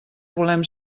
volem